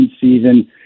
season